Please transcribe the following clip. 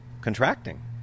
contracting